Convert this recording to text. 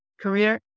career